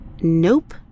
nope